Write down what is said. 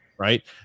right